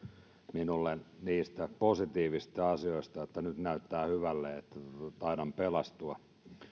minulle niistä positiivisista asioista että nyt näyttää hyvälle että taidan pelastua